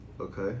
Okay